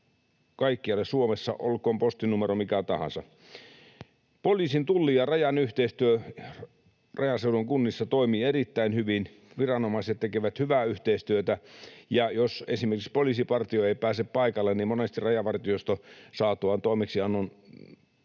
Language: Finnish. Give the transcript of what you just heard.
kaikkialle Suomessa, olkoon postinumero mikä tahansa. Poliisin, Tullin ja Rajan yhteistyö rajaseudun kunnissa toimii erittäin hyvin. Viranomaiset tekevät hyvää yhteistyötä, ja jos esimerkiksi poliisipartio ei pääse paikalle, niin monesti Rajavartiosto saatuaan toimeksiannon